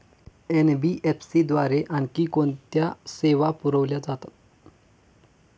NBFC द्वारे आणखी कोणत्या सेवा पुरविल्या जातात?